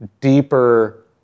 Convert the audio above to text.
deeper